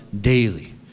daily